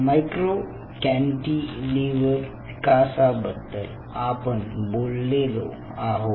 micro cantilever च्या विकासा बद्दल आपण बोललेलो आहोत